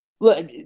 Look